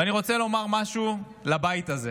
ואני רוצה לומר משהו לבית הזה.